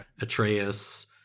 Atreus